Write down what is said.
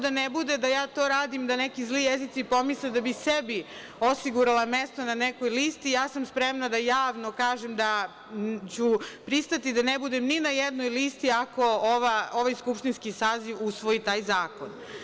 Da ne bude da ja to radim, da neki zli jezici pomisle da bih sebi osigurala mesto na nekoj listi, ja sam spremna da javno kažem da ću pristati da ne budem ni na jednoj listi ako ovaj skupštinski saziv usvoji taj zakon.